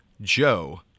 Joe